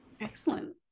Excellent